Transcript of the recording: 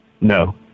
No